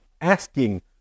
asking